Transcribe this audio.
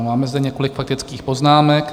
Máme zde několik faktických poznámek.